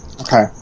Okay